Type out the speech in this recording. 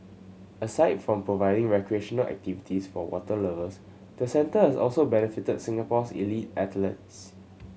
aside from providing recreational activities for water lovers the centre has also benefited Singapore's elite athletes